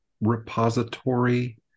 repository